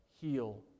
heal